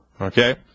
Okay